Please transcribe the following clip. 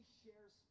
shares